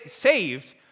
saved